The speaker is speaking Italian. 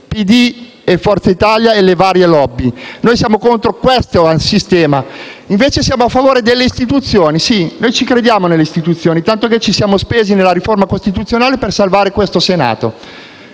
PD e Forza Italia - e alle varie *lobby*. Siamo contro questo sistema e siamo invece a favore delle istituzioni. Sì, noi ci crediamo nelle istituzioni, tanto che ci siamo spesi in occasione della riforma istituzionale per salvare il Senato.